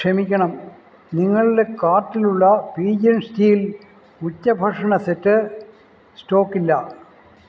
ക്ഷമിക്കണം നിങ്ങളുടെ കാർട്ടിലുള്ള പീജിയൺ സ്റ്റീൽ ഉച്ചഭക്ഷണ സെറ്റ് സ്റ്റോക്കില്ല